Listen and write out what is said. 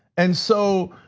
and so,